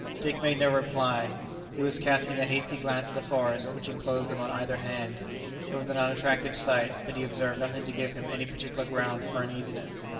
dick made no reply he was casting a hasty glance at the forest which enclosed them on either hand it was an unattractive sight, but he observed nothing to give him any particular ground for uneasiness.